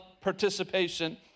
participation